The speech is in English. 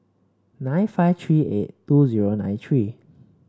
nine five three eight two zero nine three